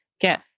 get